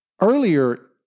earlier